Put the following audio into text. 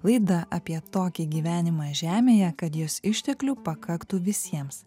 laida apie tokį gyvenimą žemėje kad jos išteklių pakaktų visiems